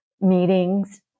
meetings